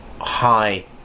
high